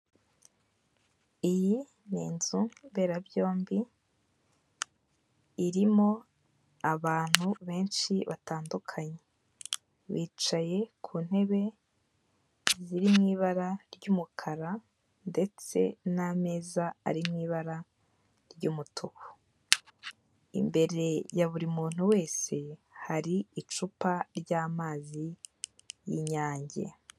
Iyi ni inzu mberabyombi irimo abantu benshi batandukanye, bicaye ku ntebe ziri mu ibara ry'umukara ndetse n'ameza ari mu'ibara ry'umutuku. Imbere ya buri muntu wese hari icupa ry'amazi y'inyange.